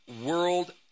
world